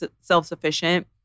self-sufficient